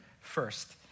first